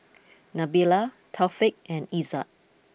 Nabila Taufik and Izzat